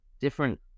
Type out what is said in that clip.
different